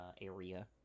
area